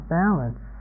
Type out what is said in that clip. balance